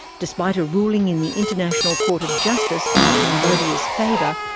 despite a ruling in the international court of justice in cambodia's favour,